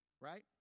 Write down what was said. Right